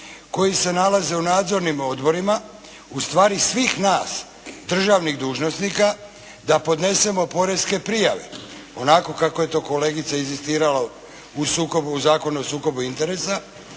koji se nalaze u nadzornim odborima, ustvari svih nas državnih dužnosnika da podnesemo poreske prijave onako kako je to kolegica inzistirala u Zakonu o sukobu interesa,